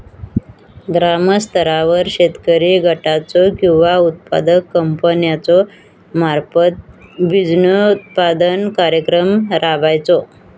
ग्रामस्तरावर शेतकरी गटाचो किंवा उत्पादक कंपन्याचो मार्फत बिजोत्पादन कार्यक्रम राबायचो?